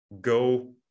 go